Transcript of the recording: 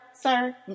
sir